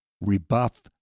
rebuff